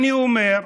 אני אומר: